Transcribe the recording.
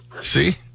See